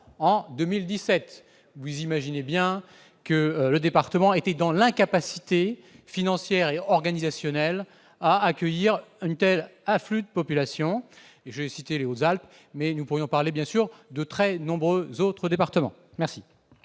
en 2017. Vous imaginez bien que ce département a été dans l'incapacité financière et organisationnelle d'accueillir un tel afflux de population. J'ai parlé des Hautes-Alpes, mais nous pourrions évoquer le cas de très nombreux autres départements.